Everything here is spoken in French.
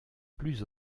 plus